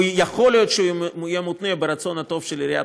יכול להיות שהוא יהיה מותנה ברצון הטוב של עיריית